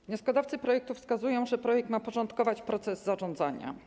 Wnioskodawcy projektu wskazują, że ma on porządkować proces zarządzania.